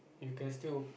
you can still